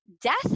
death